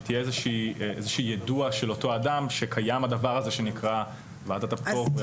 יהיה איזשהו יידוע של אותו אדם שקיים הדבר הזה שנקרא ועדת הפטור.